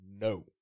No